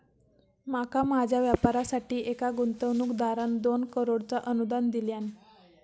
माका माझ्या व्यापारासाठी एका गुंतवणूकदारान दोन करोडचा अनुदान दिल्यान